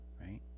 right